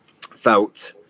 felt